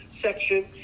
section